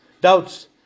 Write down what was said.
doubts